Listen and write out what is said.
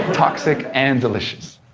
toxic and delicious.